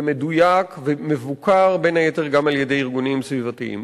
מדויק ומבוקר, בין היתר על-ידי ארגונים סביבתיים.